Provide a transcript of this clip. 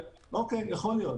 אוקיי, יכול להיות.